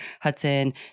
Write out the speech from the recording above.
Hudson